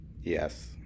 Yes